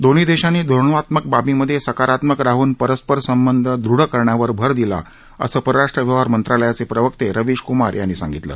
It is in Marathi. दोन्ही देशांनी धोरणात्मक बार्बीमधे सकारात्मक राहून परस्पर संबंध दूढ करण्यावर भर दिला असं परराष्ट्र व्यवहार मंत्रालयाचे प्रवक्ते रविश कृमार यांनी सांगितलं